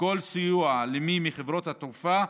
כל סיוע למי מחברות התעופה